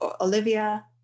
Olivia